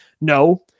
No